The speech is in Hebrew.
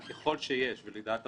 ויכול להיות שאומנם יש בעיה,